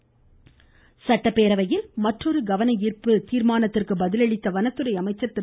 திண்டுக்கல் சீனிவாசன் மற்றொரு கவன ஈர்ப்பு தீர்மானத்திற்கு பதிலளித்த வனத்துறை அமைச்சர் திரு